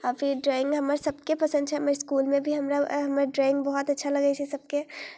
आ फिर ड्रॉइंग हमरसभके पसन्द छै हमर इस्कुलमे भी हमरा हमर ड्रॉइंग बहुत अच्छा लगै छै सभके